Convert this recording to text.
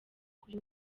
kuri